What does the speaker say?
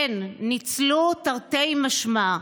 כן, ניצלו, תרתי משמע,